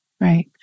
Right